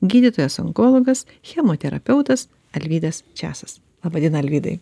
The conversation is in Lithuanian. gydytojas onkologas chemoterapeutas alvydas česas laba diena alvydai